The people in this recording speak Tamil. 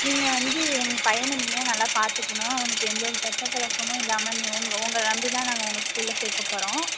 நீங்கள் வந்து எம் பையனை நீங்கள் நல்லா பார்த்துக்குணும் அவனுக்கு எந்த ஒரு கெட்ட பழக்கமும் இல்லாமல் நீ ஒ உங்கள நம்பிதான் நாங்கள் உங்க ஸ்கூலில் சேர்க்கப்போறோம்